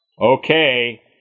Okay